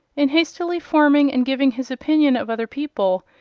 in hastily forming and giving his opinion of other people,